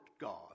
God